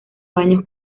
baños